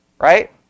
Right